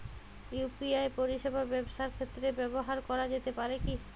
UPI পরিষেবা ব্যবসার ক্ষেত্রে ব্যবহার করা যেতে পারে কি?